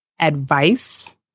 advice